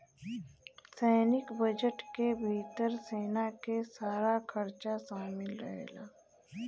सैनिक बजट के भितर सेना के सारा खरचा शामिल रहेला